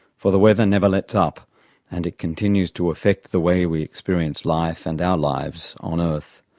for the weather never lets up and it continues to affect the way we experience life and our lives on earth.